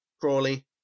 Crawley